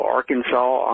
Arkansas